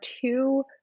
two